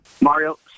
Mario